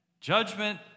judgment